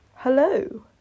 hello